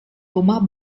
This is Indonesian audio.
rumah